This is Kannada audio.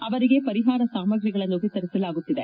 ಅವರಿಗೆ ಪರಿಹಾರ ಸಾಮ್ರಗಳನ್ನು ವಿತರಿಸಲಾಗುತ್ತಿದೆ